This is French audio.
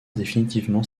définitivement